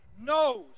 knows